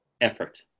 effort